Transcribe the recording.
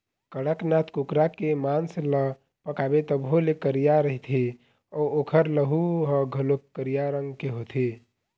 कड़कनाथ कुकरा के मांस ल पकाबे तभो ले करिया रहिथे अउ ओखर लहू ह घलोक करिया रंग के होथे